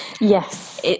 Yes